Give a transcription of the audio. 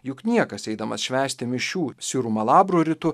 juk niekas eidamas švęsti mišių sirų malabru ritu